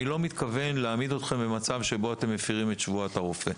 אני לא מתכוון להעמיד אתכם במצב שבו אתם מפרים את שבועת הרופא,